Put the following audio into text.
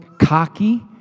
cocky